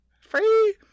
Free